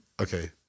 okay